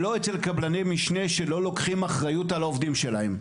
ולא אצל קבלני משנה שלא לוקחים אחריות על העובדים שלהם.